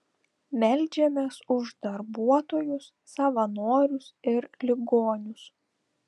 meldžiamės už darbuotojus savanorius ir ligonius